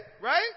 right